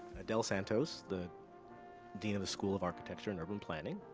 adele santos, the dean of the school of architecture and urban planning.